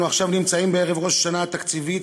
אנחנו עכשיו נמצאים בערב ראש השנה התקציבית,